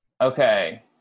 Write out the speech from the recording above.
Okay